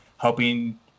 helping